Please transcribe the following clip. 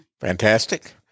Fantastic